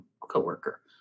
co-worker